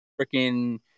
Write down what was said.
freaking